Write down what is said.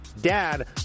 Dad